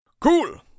Cool